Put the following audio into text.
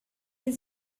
les